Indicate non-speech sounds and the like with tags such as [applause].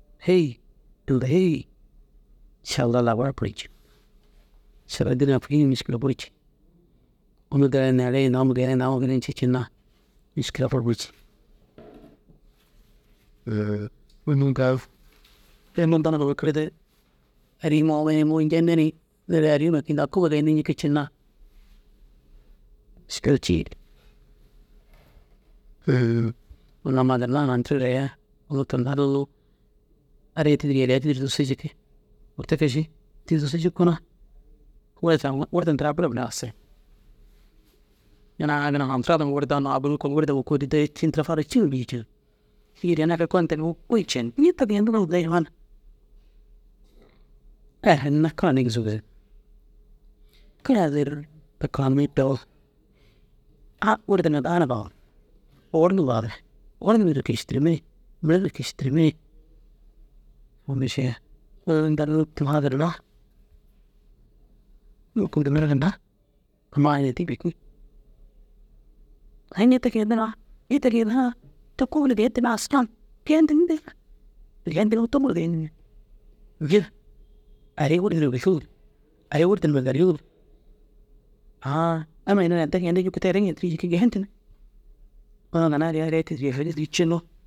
Hêi inda hêi šalla labara buru cikii. Šalla dînaa kûi ru mîskila buru cii. Unnu deere neere ini daguma geeniŋ daguma genii ncii ciina mîskila bur bui cii. [hesitation] unnu kaa ru unnu dana numma kiride ari aba numa mûñenne ciiru neere arima gii dakuma geendii ñikii ciina. Mîškila cii [hesitation] unnu amma ginna haradiree unnu tinda unnu ariya tidiri yaliya tidiri dussu jikii walla te ke ši. Gii dussu jikoo na wurda wurda ndiraa buru biri assee, ina unnu na famtira wurda unnu abawu koo wurda kowu kôoli te ini tira faroo cîima fî cen. Yir ini tira gon têni goyi cen ñaa te geeniŋa ai ginna kara nagizuu geeyiŋ. Karaa dir kara ni joo a wurda nira daara gon owor numa re owor nuru kištirimi ni mire ni kištirimi ni unnu še inda unnu nûktu ma dirime nûkundinna re ginna amma harayindii bêkii. Ini te ke ndiraa ña te geeni ŋa te kôoli gee dim aslan geedim dii gee dim tommur geenim jire ari wurda numa gisoo ari wurda numa [unintelligible] ãã amma ina edde geendii ñikuu teere geendirii jikii geentu ni amma ginna ariya ariya tidiri sedis cinnu